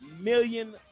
million